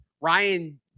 Ryan